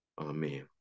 Amen